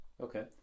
Okay